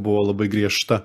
buvo labai griežta